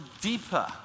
deeper